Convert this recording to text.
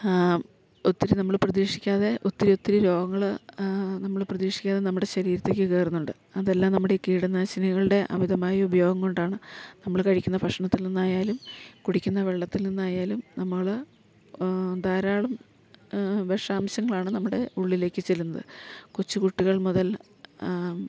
ആ ഒത്തിരി നമ്മള് പ്രതീക്ഷിക്കാതെ ഒത്തിരി ഒത്തിരി രോഗങ്ങള് നമ്മള് പ്രതീക്ഷിക്കാതെ നമ്മുടെ ശരീരത്തേക്ക് കയറുന്നുണ്ട് അതെല്ലാം നമ്മുടെ ഈ കീടനാശിനികളുടെ അമിതമായ ഉപയോഗം കൊണ്ടാണ് നമ്മള് കഴിക്കുന്ന ഭക്ഷണത്തിൽ നിന്നായാലും കുടിക്കുന്ന വെള്ളത്തിൽ നിന്നായാലും നമ്മള് ധാരാളം വിഷാംശങ്ങളാണ് നമ്മുടെ ഉള്ളിലേക്ക് ചെല്ലുന്നത് കൊച്ചുകുട്ടികൾ മുതൽ